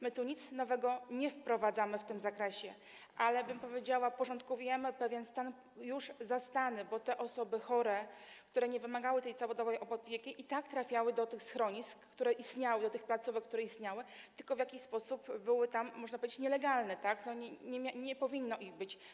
My tu nic nowego nie wprowadzamy w tym zakresie, ale, powiedziałabym, porządkujemy pewien stan już zastany, bo te osoby chore, które nie wymagały całodobowej opieki, i tak trafiały do tych schronisk, które istniały, do tych placówek, które istniały, tylko w jakiś sposób były tam, można powiedzieć, nielegalnie, nie powinno ich tam być.